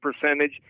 percentage